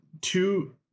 two